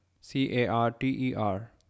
C-A-R-T-E-R